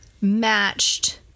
matched